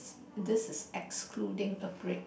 this is excluding a break